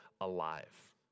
alive